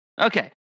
Okay